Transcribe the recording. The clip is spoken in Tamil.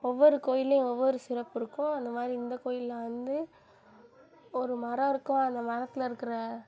ஒவ்வொரு கோயில்லேயும் ஒவ்வொரு சிறப்பு இருக்கும் அந்தமாதிரி இந்தக் கோயிலில் வந்து ஒரு மரம் இருக்கும் அந்த மரத்தில் இருக்கிற